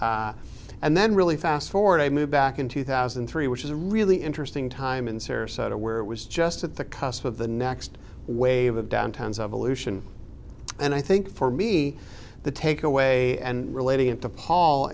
and then really fast forward a move back in two thousand and three which is really interesting time in sarasota where it was just at the cusp of the next wave of downtown's of evolution and i think for me the take away and relating it to paul